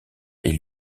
est